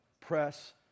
Press